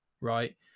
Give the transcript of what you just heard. right